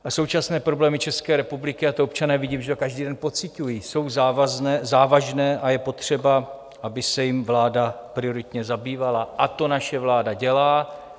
A současné problémy České republiky, a to občané vidí, protože to každý den pociťují, jsou závažné a je potřeba, aby se jimi vláda prioritně zabývala, a to naše vláda dělá.